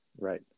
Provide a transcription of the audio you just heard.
right